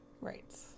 Right